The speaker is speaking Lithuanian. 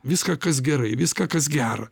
viską kas gerai viską kas gera